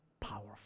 powerful